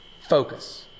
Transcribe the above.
Focus